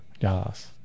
Yes